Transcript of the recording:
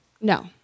No